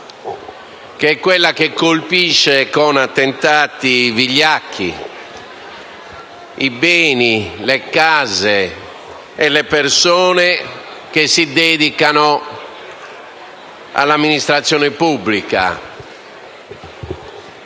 intollerabile, che colpisce con attentati vigliacchi i beni, le case e le persone che si dedicano all'amministrazione pubblica.